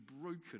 broken